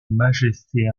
majesté